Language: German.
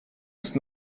ist